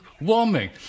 warming